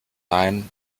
line